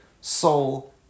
soul